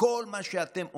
וכל מה שאתם אומרים,